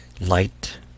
light